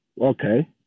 Okay